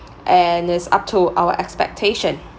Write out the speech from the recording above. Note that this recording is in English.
and is up to our expectation